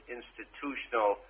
institutional